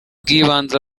bw’ibanze